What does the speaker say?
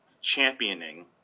championing